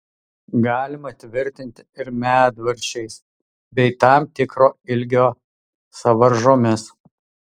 galima tvirtinti ir medvaržčiais bei tam tikro ilgio sąvaržomis